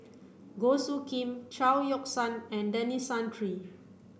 Goh Soo Khim Chao Yoke San and Denis Santry